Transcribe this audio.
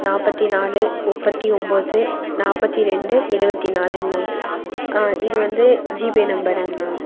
நாற்பத்தி நாலு முப்பத்தி ஒன்போது நாற்பத்தி ரெண்டு எழுவத்தி நாலுங்கண்ணா இது வந்து ஜிபே நம்பருங்கண்ணா